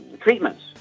treatments